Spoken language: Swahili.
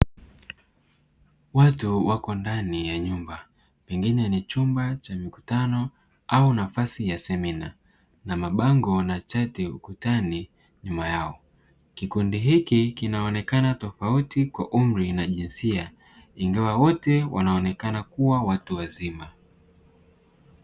Watu wako ndani ya nyumba pengine ni chumba cha mikutano au nafasi ya semina, na mabango na chati ukutani nyuma yao. Kikundi hiki kinaonekana tofauti kwa umri na jinsia ingawa wote wanaonekana kuwa watu wazima.